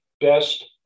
best